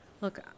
Look